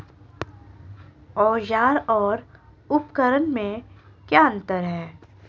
औज़ार और उपकरण में क्या अंतर है?